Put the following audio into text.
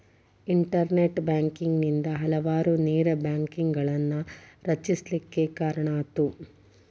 internet banking ನಿಂದಾ ಹಲವಾರು ನೇರ ಬ್ಯಾಂಕ್ಗಳನ್ನ ರಚಿಸ್ಲಿಕ್ಕೆ ಕಾರಣಾತು